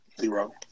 zero